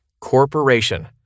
Corporation